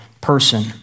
person